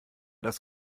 das